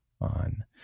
on